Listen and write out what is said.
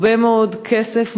הרבה מאוד כסף,